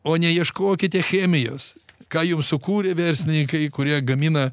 o ne ieškokite chemijos ką jau sukūrė verslininkai kurie gamina